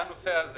לנושא הזה